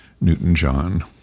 Newton-John